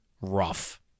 rough